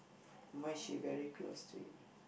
why she very close to you